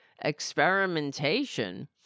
Experimentation